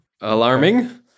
alarming